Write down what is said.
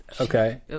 okay